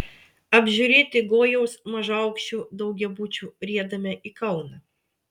apžiūrėti gojaus mažaaukščių daugiabučių riedame į kauną